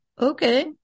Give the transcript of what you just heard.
okay